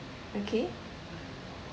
okay